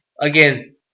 Again